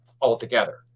altogether